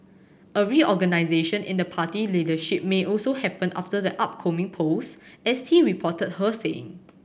a reorganisation in the party leadership may also happen after the upcoming polls S T reported her saying